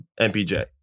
MPJ